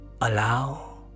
allow